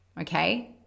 Okay